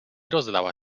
rozlała